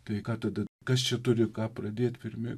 tai ką tada kas čia turi ką pradėt pirmi